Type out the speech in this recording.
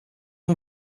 uma